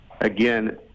Again